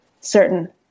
certain